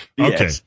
Okay